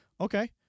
okay